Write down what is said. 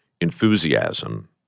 enthusiasm